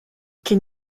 can